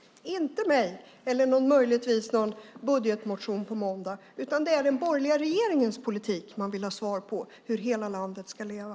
De ställs inte till mig, och det efterfrågas inte heller svar i någon budgetmotion på måndag, utan det är den borgerliga regeringens politik man vill ha svar på när det gäller hur hela landet ska leva.